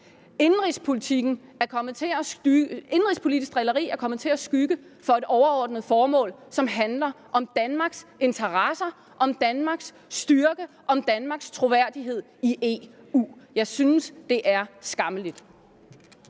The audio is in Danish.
Indenrigspolitisk drilleri er kommet til at skygge for et overordnet formål, som handler om Danmarks interesser, om Danmarks styrke, om Danmarks troværdighed i EU. Jeg synes, det er skammeligt.